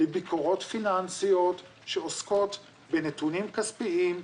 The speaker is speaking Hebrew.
לביקורות פיננסיות שעוסקות בנתונים כספיים,